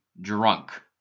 drunk